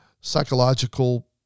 psychological